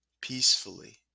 peacefully